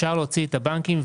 אשר להוציא את הבנקים,